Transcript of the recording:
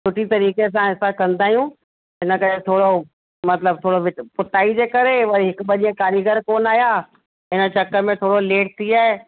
सुठी तरीक़े सां असां कंदा आहियूं इन करे थोरो मतिलब थोरो पुताई जंहिं करे वरी हिक ॿ ॾींहं कारीगर कोन्ह आया इन चक्कर में थोरो लेट थी विया